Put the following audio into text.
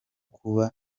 kuba